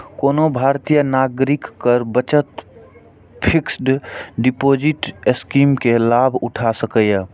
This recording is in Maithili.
कोनो भारतीय नागरिक कर बचत फिक्स्ड डिपोजिट स्कीम के लाभ उठा सकैए